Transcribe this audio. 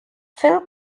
phil